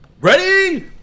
Ready